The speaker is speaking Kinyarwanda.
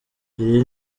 iri